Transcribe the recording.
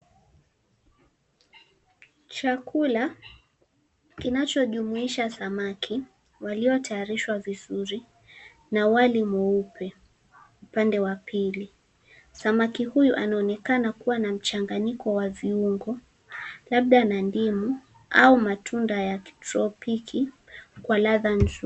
Chakula kinachojumuisha samaki waliotayarishwa vizuri na wali mweupe upande wa pili. Samaki huyu anaonekana kuwa na mchanganyiko wa viungo labda na ndimu au matunda ya kitropiki kwa ladha nzuri.